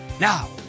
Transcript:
Now